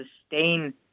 sustain